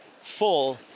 full